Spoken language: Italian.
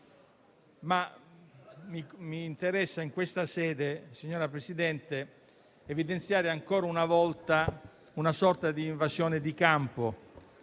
Mi interessa in questa sede, signora Presidente, evidenziare ancora una volta una sorta di invasione di campo